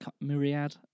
Myriad